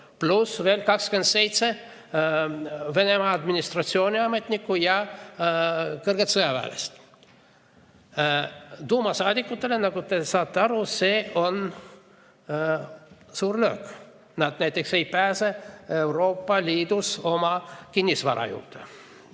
pluss veel 27‑le Venemaa administratsiooni ametnikule ja kõrgele sõjaväelasele. Duumasaadikutele, nagu te aru saate, on see suur löök. Nad näiteks ei pääse Euroopa Liidus oma kinnisvara juurde.